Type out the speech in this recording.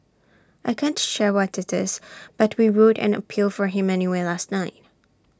I can't share what IT is but we wrote an appeal for him anyway last night